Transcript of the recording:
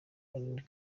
col